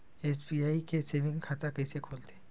SBI के saving खाता कइसे खोलथे?